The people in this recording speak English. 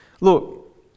Look